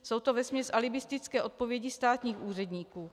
Jsou to vesměs alibistické odpovědi státních úředníků.